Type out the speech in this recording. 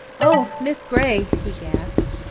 oh, miss gray! he gasped.